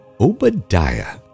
Obadiah